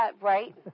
Right